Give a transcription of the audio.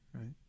right